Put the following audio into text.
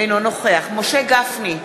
אינו נוכח משה גפני,